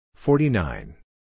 Forty-nine